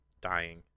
dying